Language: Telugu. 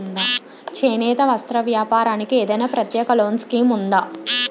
చేనేత వస్త్ర వ్యాపారానికి ఏదైనా ప్రత్యేక లోన్ స్కీం ఉందా?